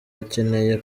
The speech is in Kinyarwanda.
akeneye